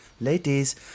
ladies